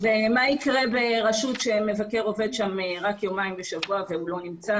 ומה יקרה ורשות שמבקר עובד בה רק יומיים בשבוע והוא לא נמצא?